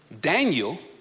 Daniel